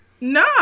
No